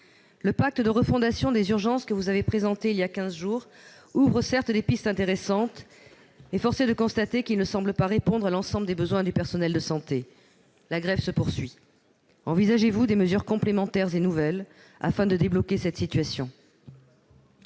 Le pacte de refondation des urgences que vous avez présenté il y a quinze jours ouvre certes des pistes intéressantes, mais force est de constater qu'il ne répond pas à l'ensemble des besoins des personnels de santé. La grève se poursuit. Envisagez-vous des mesures complémentaires et nouvelles afin de débloquer cette situation